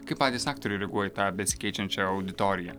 kaip patys aktoriai reaguoja į tą besikeičiančią auditoriją